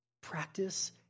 Practice